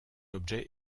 objet